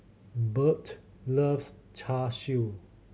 Beth loves Char Siu